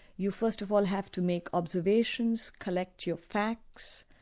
you first of all have to make observations, collect your facts,